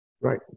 Right